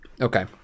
Okay